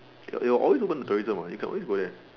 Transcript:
it it will always open to tourism [what] you can always go there